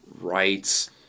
rights